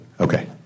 Okay